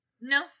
No